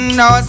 no